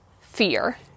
fear